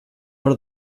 are